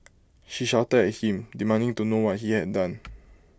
she shouted at him demanding to know what he had done